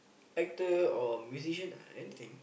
actor or musician ah anything